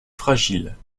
fragile